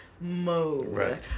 mode